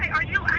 are you out?